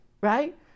right